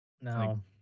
No